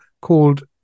called